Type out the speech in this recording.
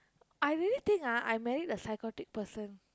I really think ah I married a psychotic person